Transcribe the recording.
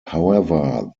however